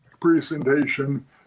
presentation